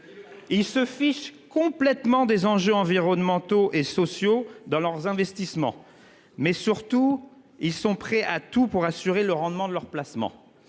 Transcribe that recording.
Ils se fichent complètement des enjeux environnementaux et sociaux dans le cadre de leurs investissements. Surtout, ils sont prêts à tout pour assurer le rendement de leurs placements.